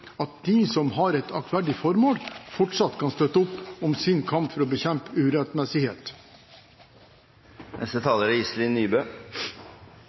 at de som har et aktverdig formål, fortsatt kan støtte opp om sin kamp for å bekjempe urettmessighet.